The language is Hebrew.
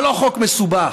זה לא חוק מסובך.